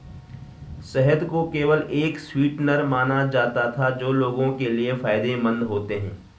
शहद को केवल एक स्वीटनर माना जाता था जो लोगों के लिए फायदेमंद होते हैं